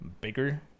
bigger